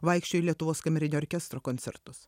vaikščiojo į lietuvos kamerinio orkestro koncertus